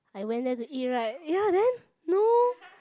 I went there to eat right ya then no